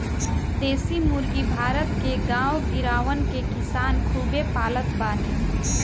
देशी मुर्गी भारत के गांव गिरांव के किसान खूबे पालत बाने